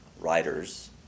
writers